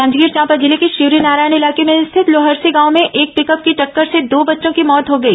जांजगीर चांपा जिले के शिवरीनारायण इलाके में स्थित लोहरसी गांव में एक पिकअप की टक्कर से दो बच्चों की मौत हो गई